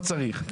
לא צריך.